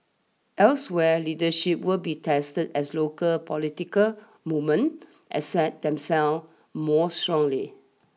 elsewhere leadership will be tested as local political movement asset themselves more strongly